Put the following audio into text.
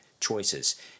choices